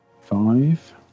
five